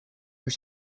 were